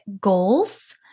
goals